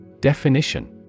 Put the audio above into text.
Definition